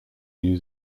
new